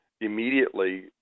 immediately